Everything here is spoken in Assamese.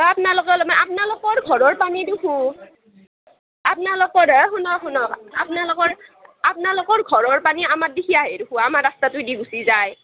আপ্নালোকে অলপমান আপনালোকৰ ঘৰৰ পানী দেখোন আপ্নালোকৰ দাদা শুনক শুনক আপ্নালোকৰ ঘৰৰ পানী আমাৰ দিশে আহে দেখুন আমাৰ ঘৰৰ ৰাস্তাইদি গুচি যায়